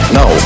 no